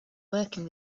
working